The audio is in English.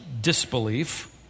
disbelief